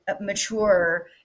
mature